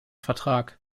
vertrag